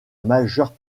majeure